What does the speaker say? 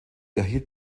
erhielt